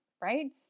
right